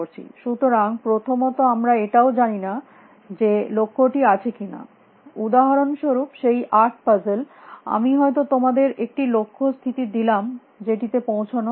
সুতরাং প্রথমত আমরা এটাও জানি না যে লক্ষ্যটি আছে কী না উদাহরণস্বরূপ সেই আট পাজেলে আমি হয়ত তোমাদের একটি লক্ষ্য স্থিতি দিলাম যেটিতে পৌঁছানো যায় না